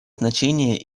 значение